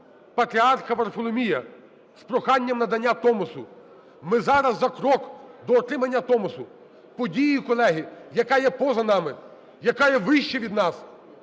Патріарха Варфоломія з проханням надання Томосу. Ми зараз за крок до отримання Томосу – подією, колеги, яка є поза нами, яка є вище від нас.